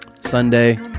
Sunday